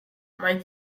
mark